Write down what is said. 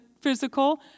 physical